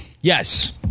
Yes